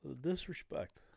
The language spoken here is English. disrespect